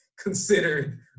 considered